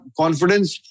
confidence